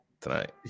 tonight